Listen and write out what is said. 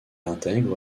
intègre